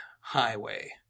Highway